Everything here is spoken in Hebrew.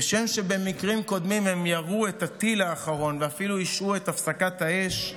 כשם שבמקרים קודמים הם ירו את הטיל האחרון ואפילו השהו את הפסקת האש,